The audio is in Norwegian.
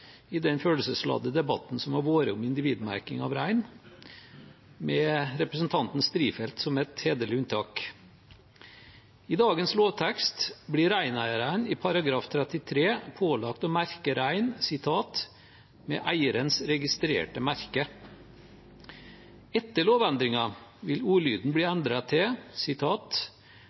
i den følelsesladede debatten som har vært om individmerking av rein – med representanten Strifeldt som et hederlig unntak. I dagens lovtekst blir reineiere i § 33 pålagt å merke rein «med eierens registrerte merke». Etter lovendringen vil ordlyden bli endret til